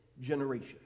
generation